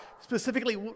specifically